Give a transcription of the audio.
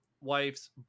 wife's